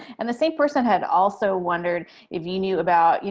and the same person had also wondered if you knew about, you